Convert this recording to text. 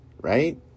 right